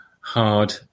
hard